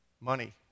money